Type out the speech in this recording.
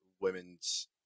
women's